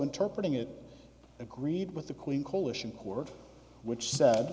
interprete ng it agreed with the queen coalition court which said